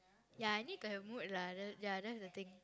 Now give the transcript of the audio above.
ya I need to have mood lah ya ya that's the thing